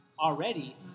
already